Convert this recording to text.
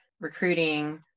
recruiting